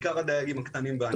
בעיקר הדייגים הקטנים בענף.